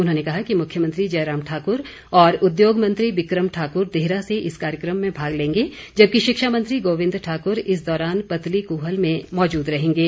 उन्होंने कहा कि मुख्यमंत्री जयराम ठाकुर उद्योग मंत्री बिकम ठाकुर देहरा से इस कार्यक्रम में भाग लेंगे जबकि शिक्षा मंत्री गोविंद ठाकुर इस दौरान पतलीकूहल में मौजूद रहेंगे